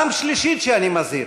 פעם שלישית שאני מזהיר.